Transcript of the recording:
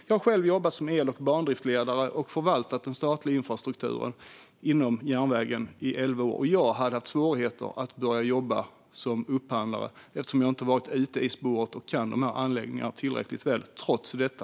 Jag har själv jobbat som el och bandriftsledare och förvaltat den statliga infrastrukturen inom järnvägen i elva år, och jag hade haft svårigheter med att börja jobba som upphandlare eftersom jag inte har varit ute i spåret och kan dessa anläggningar tillräckligt väl trots detta.